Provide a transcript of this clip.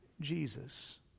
Jesus